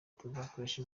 tuzakoresha